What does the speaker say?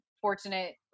fortunate